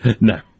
No